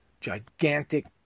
Gigantic